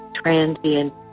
Transient